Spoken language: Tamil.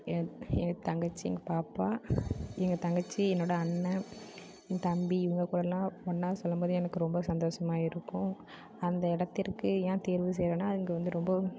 என் என் தங்கச்சி எங்கள் பாப்பா எங்கள் தங்கச்சி என்னோட அண்ணன் என் தம்பி இவங்க கூடயெலாம் ஒன்றா செல்லும்போதே எனக்கு ரொம்ப சந்தோஷமாக இருக்கும் அந்த இடத்திற்கு ஏன் தேர்வு செய்வேன்னால் அங்கே வந்து ரொம்பவும்